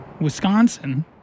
Wisconsin